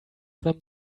them